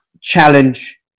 challenge